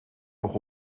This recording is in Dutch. nog